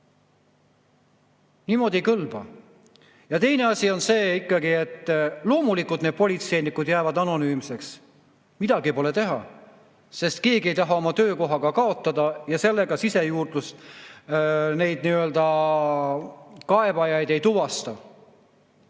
Niimoodi ei kõlba. Ja teine asi on see, et loomulikult need politseinikud jäävad anonüümseks. Midagi pole teha, keegi ei taha oma töökohta kaotada ja seetõttu sisejuurdlus neid nii-öelda kaebajaid ei tuvasta.